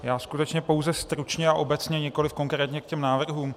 Já skutečně pouze stručně a obecně, nikoliv konkrétně, k těm návrhům.